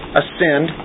ascend